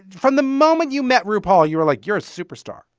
from the moment you met rupaul you were like, you're a superstar.